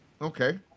Okay